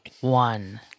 one